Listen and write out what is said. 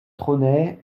trônait